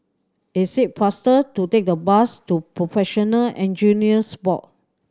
it is faster to take the bus to Professional Engineers Board